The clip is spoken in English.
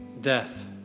death